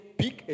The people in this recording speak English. pick